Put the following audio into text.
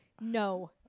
No